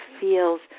feels